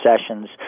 sessions